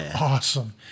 awesome